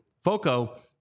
Foco